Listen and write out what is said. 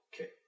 Okay